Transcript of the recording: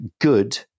good